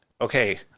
Okay